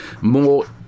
more